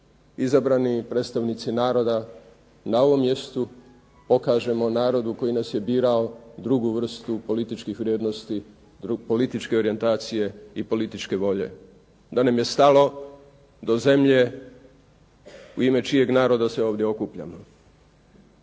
izabrani predstavnici naroda, na ovom mjestu pokažemo narodu koji nas je birao drugu vrstu političkih vrijednosti, političke orijentacije i političke volje, da nam je stalo do zemlje u ime čijeg naroda se ovdje okupljamo